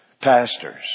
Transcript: pastors